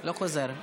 לא חוזר.